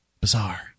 Bizarre